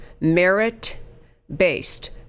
merit-based